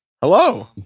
Hello